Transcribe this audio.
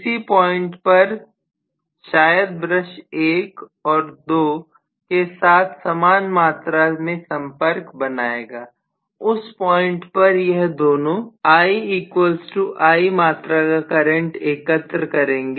किसी पॉइंट पर शायद ब्रश 1 और 2 के साथ समान मात्रा में संपर्क बनाएगा उस पॉइंट पर यह दोनों I I मात्रा का करंट एकत्र करेंगे